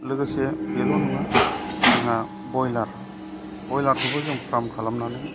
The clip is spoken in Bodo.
लोगोसे बेल' नङा जोंहा बयलार बयलारखौबो जों फार्म खालामनानै